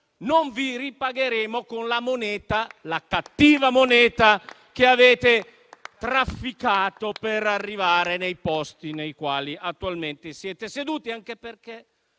non vi ripagheremo con la cattiva moneta che avete trafficato per arrivare nei posti nei quali attualmente siete seduti, anche perché